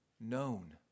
known